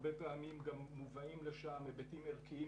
הרבה פעמים גם מובאים לשם היבטים ערכיים